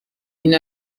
این